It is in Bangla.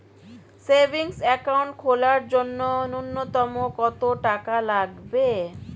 সেভিংস একাউন্ট খোলার জন্য নূন্যতম কত টাকা লাগবে?